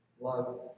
love